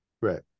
Right